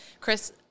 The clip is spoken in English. Chris